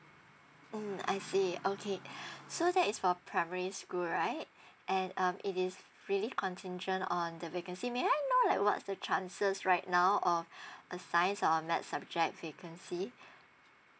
um I see okay so that is for primary school right and um it is really contingent on the vacancy may I know like what's the chances right now of uh science or maths subject vacancy